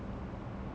err ya